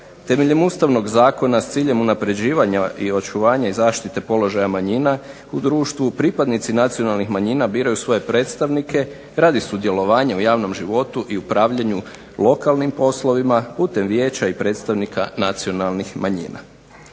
Temeljem Ustavnog zakona s ciljem unapređivanja i očuvanja i zaštite položaja manjina u društvu pripadnici nacionalnih manjina biraju svoje predstavnike radi sudjelovanja u javnom životu i upravljanju lokalnim poslovima putem Vijeća i predstavnika nacionalnih manjina.